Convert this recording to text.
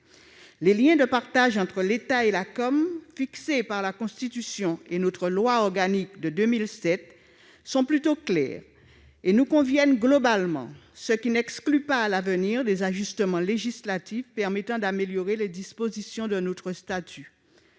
Les lignes de partage entre l'État et la COM fixées par la Constitution et notre loi organique de 2007 sont plutôt claires et nous conviennent globalement, ce qui n'exclut pas à l'avenir des ajustements législatifs permettant d'améliorer les dispositions de notre statut.